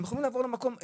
הם יכולים לעבור מקום.